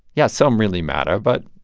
yeah, some really matter. but,